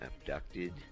abducted